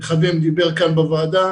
דיבר כאן בוועדה